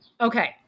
Okay